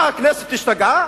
מה, הכנסת השתגעה?